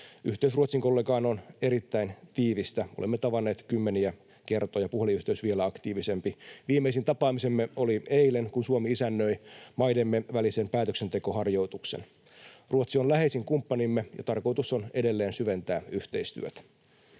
Yhteys Ruotsin-kollegaan on erittäin tiivistä. Olemme tavanneet kymmeniä kertoja, puhelinyhteys vielä aktiivisempi. Viimeisin tapaamisemme oli eilen, kun Suomi isännöi maidemme välisen päätöksentekoharjoituksen. Ruotsi on läheisin kumppanimme, ja tarkoitus on edelleen syventää yhteistyötä.